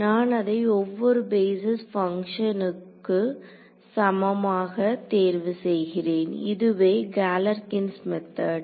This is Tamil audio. நான் அதை ஒவ்வொரு பேஸிஸ் பங்ஷனுக்கு சமமாக தேர்வு செய்கிறேன் இதுவே கேலர்கின்ஸ் மெத்தட்